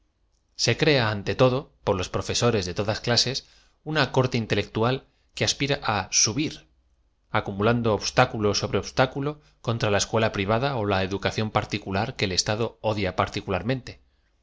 se crea ante todo por los profesores de todas clases una corte intelectual que aspira á subir acumulando obstáculo sobre obstáculo contra la escuela p rivada ó la educación particular que el estado odia particularm